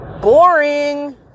Boring